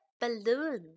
balloon